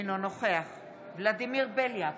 אינו נוכח ולדימיר בליאק,